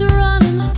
running